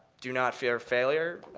do not fear failure,